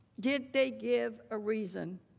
did they give a reason?